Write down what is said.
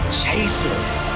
chasers